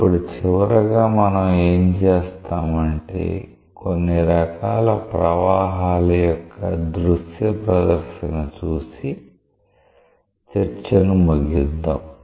ఇప్పుడు చివరగా మనం ఏం చేస్తామంటే కొన్ని రకాల ప్రవాహాల యొక్క దృశ్య ప్రదర్శన చూసి చర్చను ముగిద్దాం